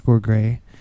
gray